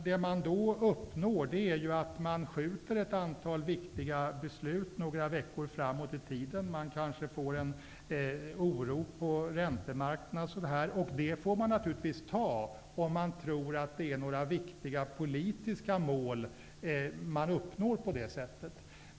Det man då uppnår är att man skjuter ett antal viktiga beslut några veckor framåt i tiden. Det kanske uppstår en oro på räntemarknaden, och det får man naturligtvis ta, om man tror att det är några viktiga politiska mål som uppnås på det sättet.